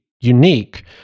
unique